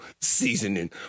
seasoning